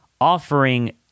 offering